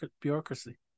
bureaucracy